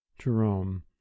Jerome